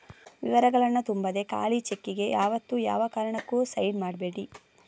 ವಿವರಗಳನ್ನ ತುಂಬದೆ ಖಾಲಿ ಚೆಕ್ಕಿಗೆ ಯಾವತ್ತೂ ಯಾವ ಕಾರಣಕ್ಕೂ ಸೈನ್ ಮಾಡ್ಬೇಡಿ